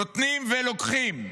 נותנים ולוקחים,